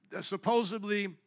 supposedly